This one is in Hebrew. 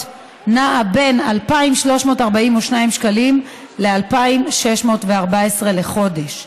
נעה בין ל-2,342 שקלים ל-2,614 שקלים לחודש.